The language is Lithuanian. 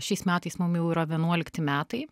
šiais metais mum jau yra vienuolikti metai